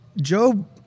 Job